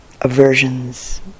aversions